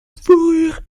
fourrure